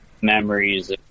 memories